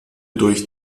durch